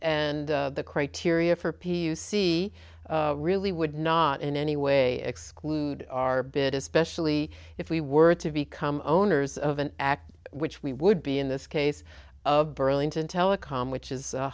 and the criteria for p s e really would not in any way exclude our bid especially if we were to become owners of an act which we would be in this case of burlington telecom which is a